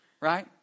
right